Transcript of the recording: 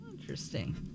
Interesting